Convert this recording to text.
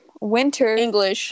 winter –